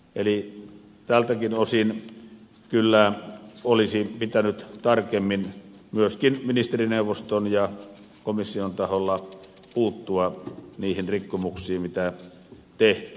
eli tältäkin osin kyllä olisi pitänyt tarkemmin myöskin ministerineuvoston ja komission taholla puuttua niihin rikkomuksiin mitä tehtiin